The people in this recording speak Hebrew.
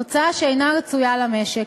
תוצאה שאינה רצויה למשק.